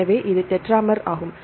எனவே இது டெட்ராமர் ஆகும்